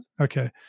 okay